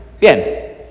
Bien